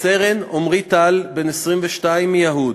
סרן עמרי טל, בן 22, מיהוד,